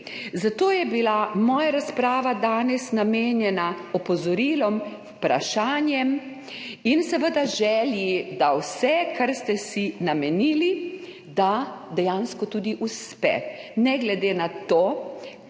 Zato je bila moja razprava danes namenjena opozorilom, vprašanjem in seveda želji, da vse, kar ste si namenili, dejansko tudi uspe. Ne glede na to,